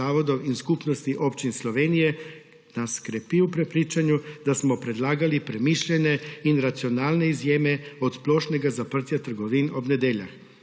in Skupnosti občin Slovenije krepi v prepričanju, da smo predlagali premišljene in racionalne izjeme od splošnega zaprtja trgovin ob nedeljah.